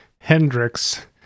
Hendrix